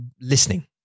listening